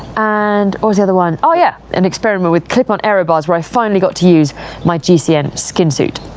and what was the other one, oh yeah, an experiment with clip-on aero bars where i finally got to use my gcn skin suit.